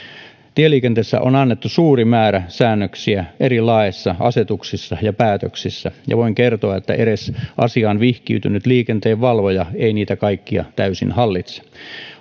tieliikenteestä on annettu suuri määrä säännöksiä eri laeissa asetuksissa ja päätöksissä ja voin kertoa että edes asiaan vihkiytynyt liikenteenvalvoja ei niitä kaikkia täysin hallitse